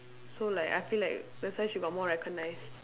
so like I feel like that's why she got more recognised